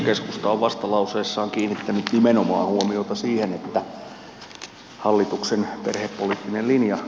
keskusta on vastalauseessaan kiinnittänyt nimenomaan huomiota siihen mikä on hallituksen perhepoliittinen linja